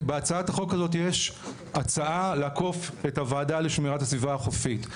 ובהצעת החוק הזאת יש הצעה לעקוף את הוועדה לשמירת הסביבה החופית.